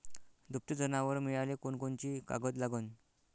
दुभते जनावरं मिळाले कोनकोनचे कागद लागन?